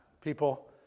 people